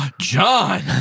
John